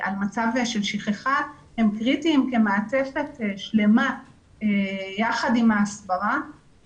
על מצב של שכחה הם קריטיים כמעטפת שלמה יחד עם ההסברה.